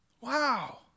Wow